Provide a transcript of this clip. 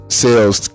sales